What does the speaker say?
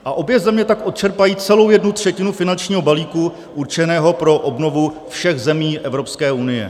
A obě země tak odčerpají celou jednu třetinu finančního balíku určeného pro obnovu všech zemí Evropské unie.